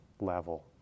level